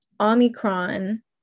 Omicron